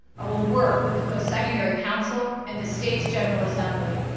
i will work with the postsecondary council, and the state's general assembly,